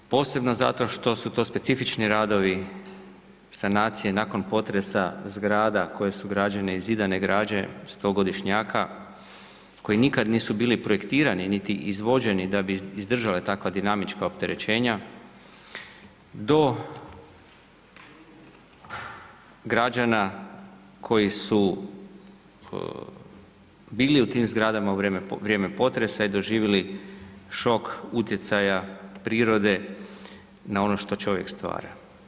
Posebno zato što su to specifični radovi sanacije nakon potresa zgrada koje su građene i zidane građe 100 godišnjaka koje nikada nisu bili projektirani niti izvođeni da bi izdržale takva dinamička opterećenja do građana koji su bili u tim zgradama u vrijeme potresa i doživjeli šok utjecaja prirode na ono što čovjek stvara.